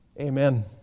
amen